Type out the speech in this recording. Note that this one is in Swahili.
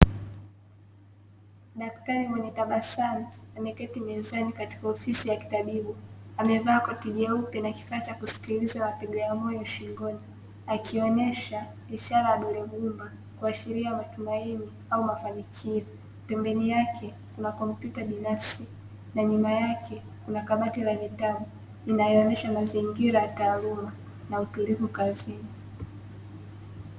Daktari mwenye tabasamu ameketi mezani katika ofisi ya kitabibu amevaa koti jeupe na kifaa cha kusikiliza mapigo ya moyo shingoni akionyesha ishara ya dole gumba kuashiria matumaini au mafanikio pembeni yake kuna kompyuta binafsi na nyuma yake kuna kabati la vitabu inaonyesha mazingira ya taaluma na utulivu kazini.